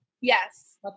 yes